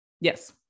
Yes